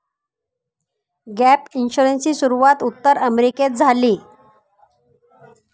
gap इन्शुरन्सची सुरूवात उत्तर अमेरिकेत झाली